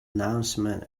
announcement